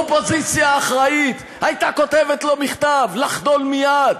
אופוזיציה אחראית הייתה כותבת לו מכתב לחדול מייד,